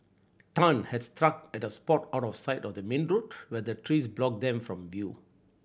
Tan had struck at a spot out of sight of the main road where the trees blocked them from view